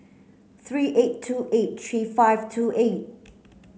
three eight two eight three five two eight